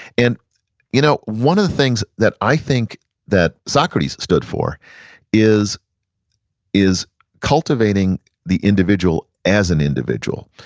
and you know one of the things that i think that socrates stood for is is cultivating the individual as an individual.